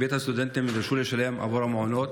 מרבית הסטודנטים נדרשו לשלם עבור המעונות,